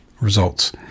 results